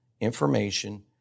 information